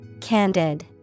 Candid